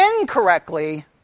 incorrectly